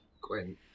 Quinn